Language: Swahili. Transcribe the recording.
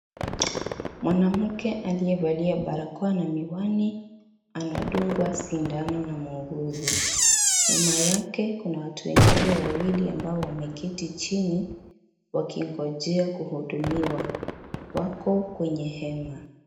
Mwanamke aliyevalia barakoa na miwa anadungwa sindano na muuguzi, nyuma yake kuna watu wengine wawili ambao wameketi chini wakingijea kuhudumuwa, wako kwenye hema.